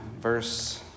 verse